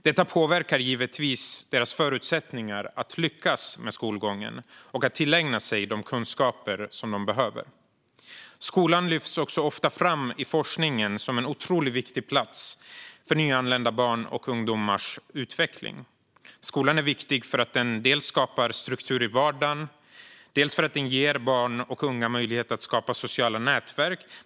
Detta påverkar givetvis barnens förutsättningar att lyckas med skolgången och att tillägna sig de kunskaper som de behöver. Skolan lyfts också ofta fram i forskningen som en otroligt viktig plats för nyanlända barns och ungdomars utveckling. Skolan är viktig dels för att den skapar struktur i vardagen, dels för att den ger barn och unga möjlighet att skapa sociala nätverk.